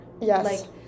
Yes